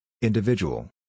Individual